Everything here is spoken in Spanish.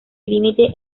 límite